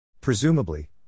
Presumably